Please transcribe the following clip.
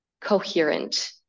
coherent